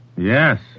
Yes